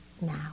now